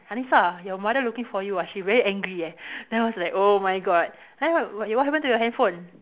Hanisah your mother looking for you ah she very angry eh then I was like oh my god then what what happen to your handphone